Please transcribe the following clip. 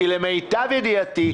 כי למיטב ידיעתי,